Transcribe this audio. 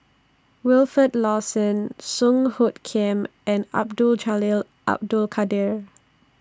Wilfed Lawson Song Hoot Kiam and Abdul Jalil Abdul Kadir